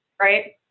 right